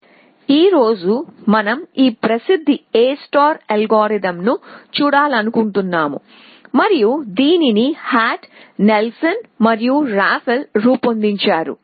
A algorithm ఈ రోజు మనం ఈ ప్రసిద్ధ A అల్గారిథమ్ను చూడాలనుకుంటున్నాము మరియు దీనిని హార్ట్ నెల్సన్ మరియు రాఫెల్ రూపొందించారు